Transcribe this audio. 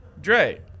Dre